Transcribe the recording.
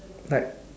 like